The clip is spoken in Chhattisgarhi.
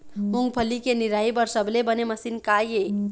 मूंगफली के निराई बर सबले बने मशीन का ये?